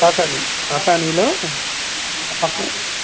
కాకానీ కాకానీలో పక్క